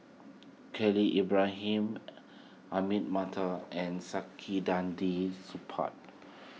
Khalil Ibrahim Ahmad Mattar and Saktiandi Supaat